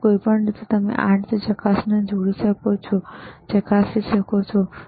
તો કોઈપણ રીતે તમે આ રીતે ચકાસણીને જોડી શકો છો અને ચકાસણીને ચકાસી શકો છો બરાબર